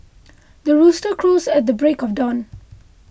the rooster crows at the break of dawn